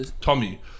Tommy